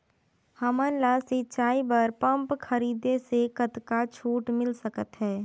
हमन ला सिंचाई बर पंप खरीदे से कतका छूट मिल सकत हे?